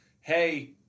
Hey